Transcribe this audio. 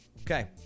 Okay